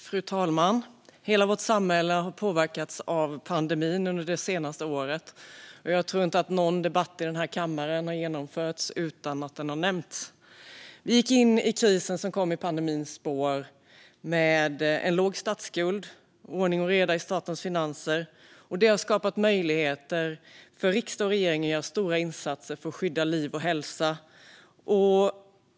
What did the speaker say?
Fru talman! Hela vårt samhälle har påverkats av pandemin under det senaste året. Jag tror inte att någon debatt i denna kammare har genomförts utan att den nämnts. Vi gick in i krisen som kom i pandemins spår med en låg statsskuld och ordning och reda i statens finanser. Det har skapat möjligheter för riksdag och regering att göra stora insatser för att skydda liv och hälsa.